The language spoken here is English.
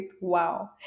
Wow